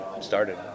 started